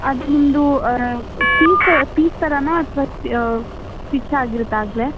ಅದು ನಿಮ್ಮದು piece piece ಥರನಾ ಅಥವಾ ಸ್ಟಿಚ್ ಆಗಿರುತ್ತಾ ಆಗಲೇ